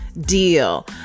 deal